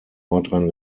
nordrhein